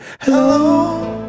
Hello